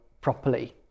properly